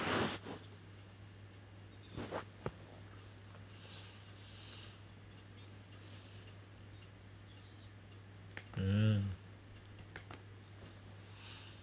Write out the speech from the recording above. um